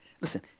listen